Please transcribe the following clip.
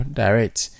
direct